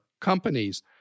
companies